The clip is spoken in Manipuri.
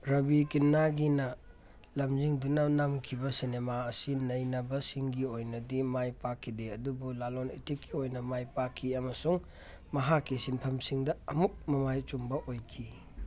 ꯔꯕꯤ ꯀꯤꯟꯅꯥꯒꯤꯅ ꯂꯝꯖꯤꯡꯗꯨꯅ ꯅꯝꯈꯤꯕ ꯁꯤꯅꯦꯃꯥ ꯑꯁꯤ ꯅꯩꯅꯕꯁꯤꯡꯒꯤ ꯑꯣꯏꯅꯗꯤ ꯃꯥꯏ ꯄꯥꯛꯈꯤꯗꯦ ꯑꯗꯨꯕꯨ ꯂꯂꯣꯟ ꯏꯇꯤꯛꯀꯤ ꯑꯣꯏꯅ ꯃꯥꯏ ꯄꯥꯛꯈꯤ ꯑꯃꯁꯨꯡ ꯃꯍꯥꯛꯀꯤ ꯁꯤꯟꯐꯝꯁꯤꯡꯗ ꯑꯃꯨꯛ ꯃꯃꯥꯏ ꯆꯨꯝꯕ ꯑꯣꯏꯈꯤ